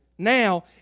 now